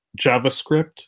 JavaScript